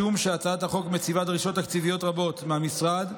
משום שהצעת החוק מציבה דרישות תקציביות רבות מהמשרד,